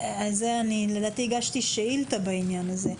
לדעתי הגשתי שאילתה בעניין הזה,